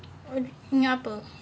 um ini apa